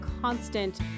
constant